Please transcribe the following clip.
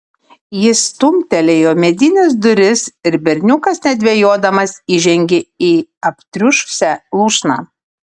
jis stumtelėjo medines duris ir berniukas nedvejodamas įžengė į aptriušusią lūšną